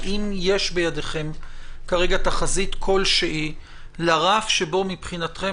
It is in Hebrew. האם יש בידיכם כרגע תחזית כלשהי לרף שבו מבחינתכם